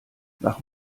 nach